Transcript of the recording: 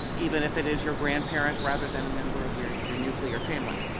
even if it is your grandparents rather than a member of your your nuclear family.